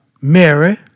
Mary